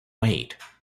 wait